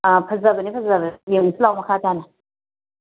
ꯑꯥ ꯐꯖꯕꯅꯦ ꯐꯖꯕꯅꯦ ꯌꯦꯡꯉꯨꯁꯤ ꯂꯥꯛꯑꯣ ꯃꯈꯥꯇꯥꯅ